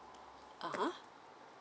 ah ha